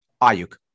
Ayuk